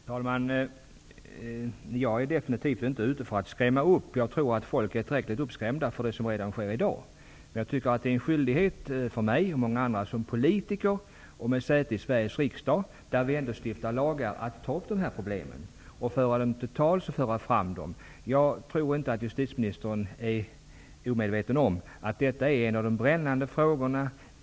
Herr talman! Jag är definitivt inte ute efter att skrämma upp människor. Jag tror att de är tillräckligt uppskrämda inför det som sker redan i dag. Det är min och många andras skyldighet som politiker, med säte i Sveriges riksdag där lagarna stiftas, att ta upp dessa problem och föra fram dem till tals. Jag tror inte att justitieministern är omedveten om att detta är en av de brännande frågorna.